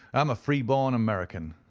i'm a free-born american,